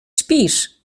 śpisz